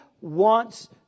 wants